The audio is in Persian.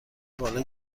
بالا